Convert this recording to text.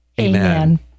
Amen